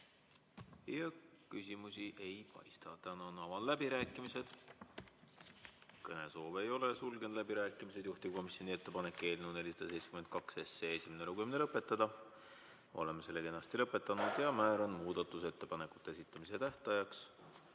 Küsimusi ei paista. Tänan! Avan läbirääkimised. Kõnesoove ei ole. Sulgen läbirääkimised. Juhtivkomisjoni ettepanek on eelnõu 472 esimene lugemine lõpetada. Oleme selle kenasti lõpetanud. Määran muudatusettepanekute esitamise tähtajaks